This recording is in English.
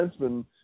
defenseman